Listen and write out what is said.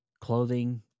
Clothing